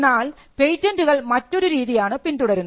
എന്നാൽ പേറ്റന്റുകൾ മറ്റൊരു രീതിയാണ് പിന്തുടരുന്നത്